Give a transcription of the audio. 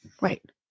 Right